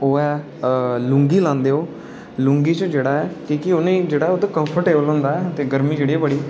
ओह् ऐ लुंगी लांदे ओह् लुंगी च जेह्ड़ा ऐ क्योंकि जेह्ड़ा ऐ कंफर्टेबल होंदा ऐ ते गर्मी जेह्ड़ी